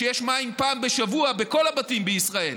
שיש מים פעם בשבוע בכל הבתים בישראל.